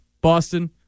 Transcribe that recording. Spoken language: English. Boston